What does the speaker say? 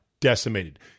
decimated